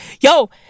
Yo